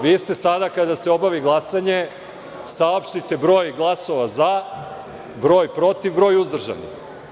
Vi ste sada kada ste obavili glasanje saopštite broj glasova za, broj protiv, broj uzdržanih.